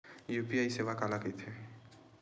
UPI सेवा काला कइथे?